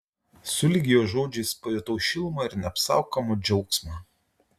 sulig jo žodžiais pajutau šilumą ir neapsakomą džiaugsmą